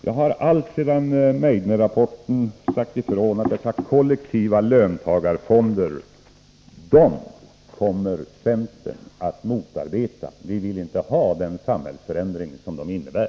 Jag har alltsedan Meidnerrapporten sagt ifrån att centern kommer att motarbeta dessa kollektiva löntagarfonder. Vi vill inte ha den samhällsförändring som de innebär.